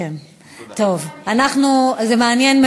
אבל זה מעניין.